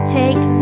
take